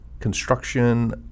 construction